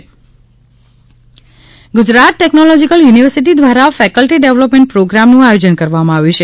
GTU Gujarat Technological University દ્વારા faculty development પ્રોગ્રામનું આયોજન કરવામાં આવ્યું છે